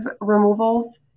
removals